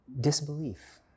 disbelief